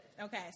Okay